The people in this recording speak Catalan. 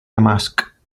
damasc